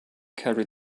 carry